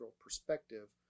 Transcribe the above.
perspective